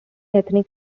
ethnic